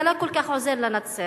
זה לא כל כך עוזר לנצרת.